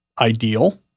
ideal